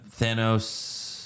Thanos